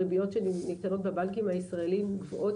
הריביות שניתנות בבנקים הישראליים גבוהות